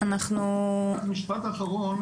משפט אחרון,